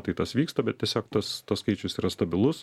tai tas vyksta bet tiesiog tas tas skaičius yra stabilus